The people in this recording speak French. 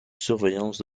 surveillance